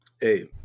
Hey